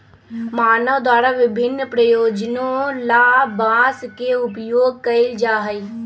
मानव द्वारा विभिन्न प्रयोजनों ला बांस के उपयोग कइल जा हई